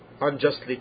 unjustly